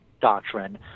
doctrine